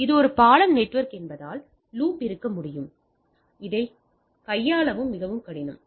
இது ஒரு பாலம் நெட்வொர்க் என்பதால் லூப் இருக்க முடியும் இது கையாள மிகவும் கடினம்